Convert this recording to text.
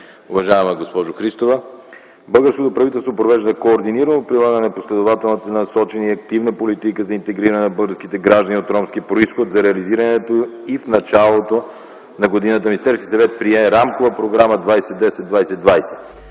Уважаема госпожо Христова, българското правителство провежда координирано прилагана, последователно насочена и активна политика за интегриране на българските граждани от ромски произход за реализирането и в началото на годината Министерският съвет прие Рамкова програма 2010 – 2020.